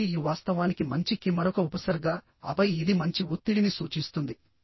కాబట్టి యు వాస్తవానికి మంచి కి మరొక ఉపసర్గ ఆపై ఇది మంచి ఒత్తిడిని సూచిస్తుంది